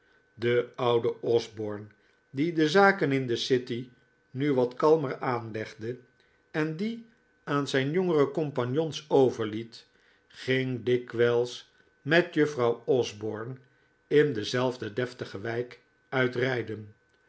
de oude osborne die de zaken in de city nu wat kalmer aanlegde en die aan zijn jongere compagnons overliet ging dikwijls met juffrouw osborne in dezelfde deftige wijk